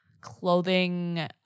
clothing